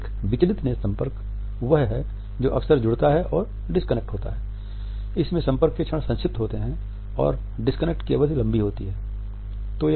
एक विचलित नेत्र संपर्क वह है जो अक्सर जुड़ता है और डिस्कनेक्ट होता है इसमें संपर्क के क्षण संक्षिप्त होते हैं और डिस्कनेक्ट की अवधि लंबी होती है